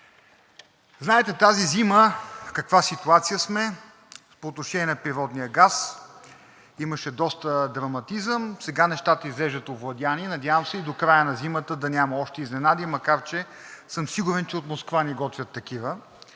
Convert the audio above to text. Знаете тази зима в каква ситуация сме по отношение на природния газ. Имаше доста драматизъм, сега нещата изглеждат овладени. Надявам се и до края на зимата да няма още изненади, макар че съм сигурен, че от Москва ни готвят такива